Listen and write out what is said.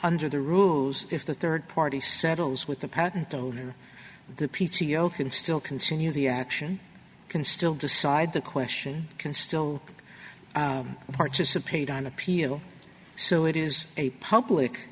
under the rules if the third party settles with the patent holder the p t o can still continue the action can still decide the question can still participate on appeal so it is a public